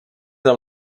tam